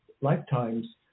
lifetimes